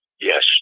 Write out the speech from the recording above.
yes